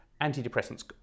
antidepressants